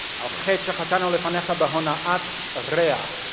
chet she'chatanu lefanecha be'hona'at ah re'ah